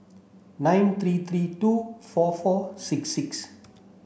nine three three two four four six six